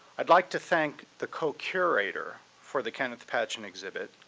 i'd like to thank the co-curator for the kenneth patchen exhibit,